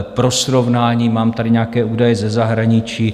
Pro srovnání, mám tady nějaké údaje ze zahraničí.